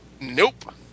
Nope